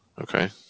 Okay